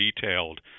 detailed